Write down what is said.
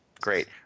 Great